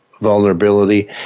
vulnerability